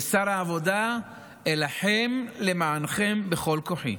כשר העבודה אילחם למענכם בכל כוחי.